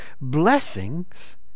blessings